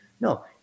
No